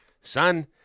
Son